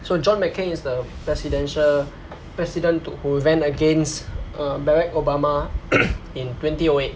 so john mccain is the presidential president who ran against barack obama in twenty O eight